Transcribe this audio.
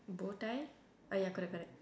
bow tie ah ya correct correct